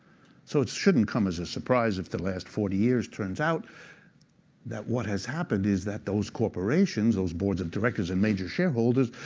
so it shouldn't come as a surprise if the last forty years turns out that what has happened is that those corporations, those boards of directors and major shareholders,